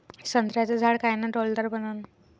संत्र्याचं झाड कायनं डौलदार बनन?